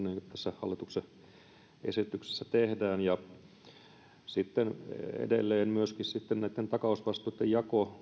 tässä hallituksen esityksessä tehdään ja edelleen myöskin kun aikaisemmin näiden takausvastuitten jako